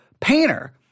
painter